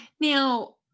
Now